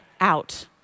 Out